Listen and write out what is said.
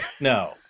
no